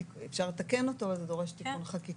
אפשר לתקן אותו אבל זה דורש תיקון חקיקה.